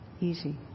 easy